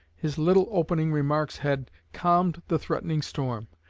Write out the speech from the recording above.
his little opening remarks had calmed the threatening storm,